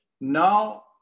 now